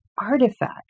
artifact